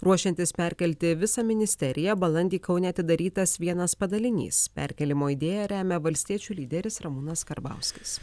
ruošiantis perkelti visą ministeriją balandį kaune atidarytas vienas padalinys perkėlimo idėją remia valstiečių lyderis ramūnas karbauskis